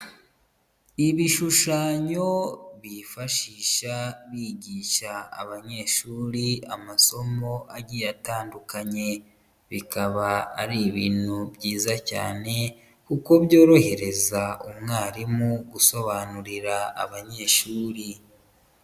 Ibishushanyo bifashisha bigisha abanyeshuri amasomo agiye atandukanye, bikaba ari ibintu byiza cyane kuko byorohereza umwarimu gusobanurira abanyeshuri.